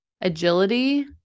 agility